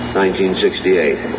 1968